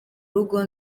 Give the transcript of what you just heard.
rugo